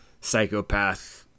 psychopath